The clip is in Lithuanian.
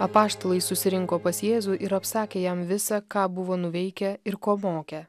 apaštalai susirinko pas jėzų ir apsakė jam visa ką buvo nuveikę ir ko mokę